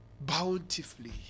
bountifully